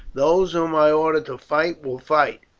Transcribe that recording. those whom i order to fight will fight,